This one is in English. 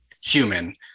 human